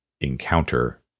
encounter